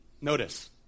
notice